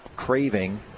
Craving